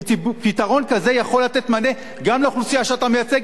כי פתרון כזה יכול לתת מענה גם לאוכלוסייה שאתה מייצג,